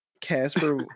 Casper